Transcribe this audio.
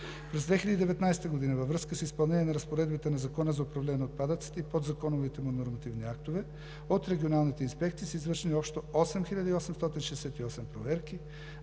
През 2019 г. във връзка с изпълнение на разпоредбите на Закона за управление на отпадъците и подзаконовите нормативни актове от регионалните инспекции са извършени общо 8868 проверки.